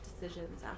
decisions